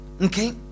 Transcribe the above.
Okay